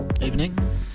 Evening